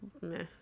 meh